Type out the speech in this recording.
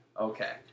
Okay